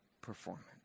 performance